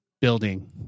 building